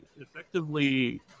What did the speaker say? effectively